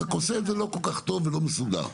רק עושה את זה לא כל כך טוב ולא כל כך מסודר.